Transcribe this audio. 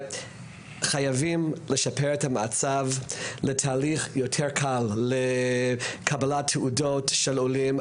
חייבים לשפר את המצב לתהליך יותר קל לקבלת תעודות של עולים,